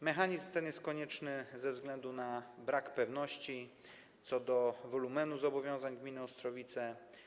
Mechanizm ten jest konieczny ze względu na brak pewności co do wolumenu zobowiązań gminy Ostrowice.